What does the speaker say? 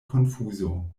konfuzo